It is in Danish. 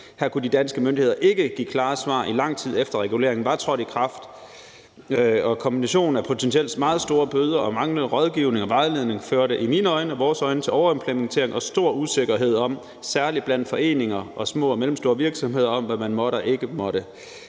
Her kunne de danske myndigheder ikke give klare svar, i lang tid efter regulering var trådt i kraft, og kombinationen af potentielt meget store bøder og manglende rådgivning og vejledning førte i mine og i vores øjne til overimplementering og stor usikkerhed, særlig blandt foreninger og små og mellemstore virksomheder, om, hvad man måtte og ikke måtte.